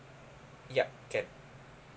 yup can